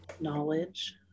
knowledge